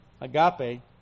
agape